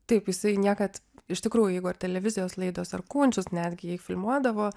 taip jisai niekad iš tikrųjų jeigu ar televizijos laidos ar kunčius netgi jei filmuodavo